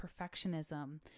perfectionism